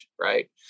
right